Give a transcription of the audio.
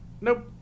Nope